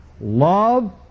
Love